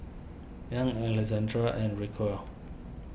Young Alexandrea and Rocio